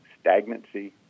stagnancy